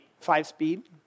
five-speed